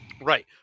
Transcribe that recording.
Right